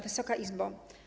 Wysoka Izbo!